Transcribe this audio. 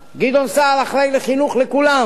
גדעון סער אחראי לחינוך לכולם,